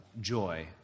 Joy